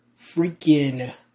freaking